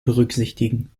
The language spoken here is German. berücksichtigen